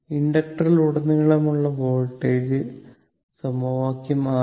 ഇൻഡക്ടറിലുടനീളമുള്ള voltage സമവാക്യം 6